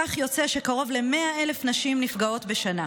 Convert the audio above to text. כך יוצא שקרוב ל-100,000 נשים נפגעות בשנה.